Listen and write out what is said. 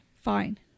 Fine